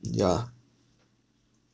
mm yeah